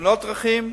תאונות דרכים,